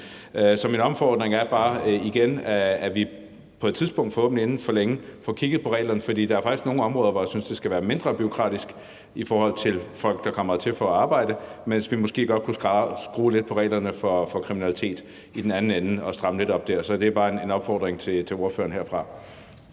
min opfordring er bare igen, at vi på et tidspunkt forhåbentlig inden så længe får kigget på reglerne. For der er faktisk nogle områder, hvor jeg synes, at det skal være mindre bureaukratisk i forhold til folk, der kommer hertil for at arbejde, mens vi måske godt kunne skrue lidt på reglerne for kriminalitet i den anden ende og stramme lidt op der. Så det er bare en opfordring til ordføreren herfra.